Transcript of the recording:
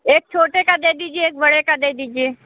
एक छोटे का दे दीजिए एक बड़े का दे दीजिए